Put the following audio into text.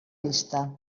vista